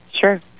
Sure